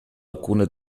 alcune